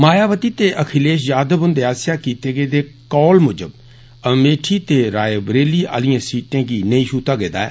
मायावती ते अखिलेष यादव हुन्दे आस्सेआ कीते गेदे कौल मुजब अमेठी ते राय बरेली आलिएं सीटें गी नेईं छूता गेदा ऐ